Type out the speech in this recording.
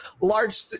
large